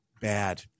bad